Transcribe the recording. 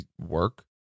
work